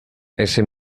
ese